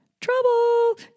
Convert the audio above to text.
Trouble